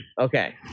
Okay